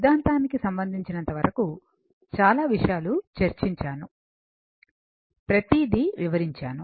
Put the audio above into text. సిద్ధాంతానికి సంబంధించినంతవరకు చాలా విషయాలు చర్చించాను ప్రతీది వివరించాను